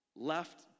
left